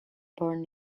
born